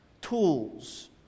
tools